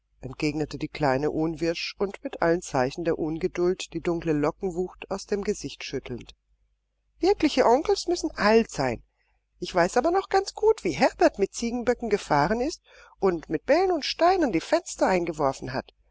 entgegnete die kleine unwirsch und mit allen zeichen der ungeduld die dunkle lockenwucht aus dem gesicht schüttelnd wirkliche onkels müssen alt sein ich weiß aber noch ganz gut wie herbert mit ziegenböcken gefahren ist und mit bällen und steinen die fenster eingeworfen hat